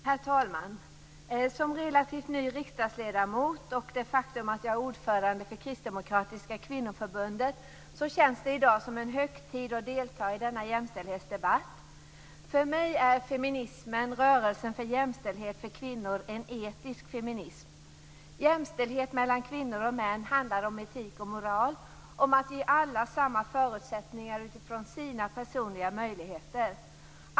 Herr talman! Som relativt ny riksdagsledamot och ordförande för Kristdemokratiska Kvinnoförbundet känns det i dag som en högtid att delta i denna jämställdhetsdebatt. För mig är feminismen, dvs. rörelsen för jämställdhet för kvinnor, en etisk feminism. Jämställdhet mellan kvinnor och män handlar om etik och moral och om att ge alla samma förutsättningar utifrån sina personliga möjligheter.